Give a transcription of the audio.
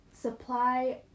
supply